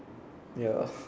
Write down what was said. ya